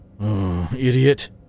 idiot